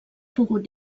pogut